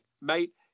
mate